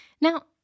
Now